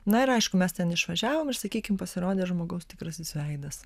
na ir aišku mes ten išvažiavom ir sakykim pasirodė žmogaus tikrasis veidas